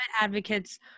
advocates